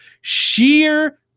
sheer